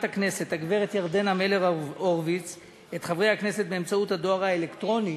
הכנסת הגברת ירדנה מלר-הורוביץ את חברי הכנסת באמצעות הדואר האלקטרוני